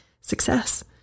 success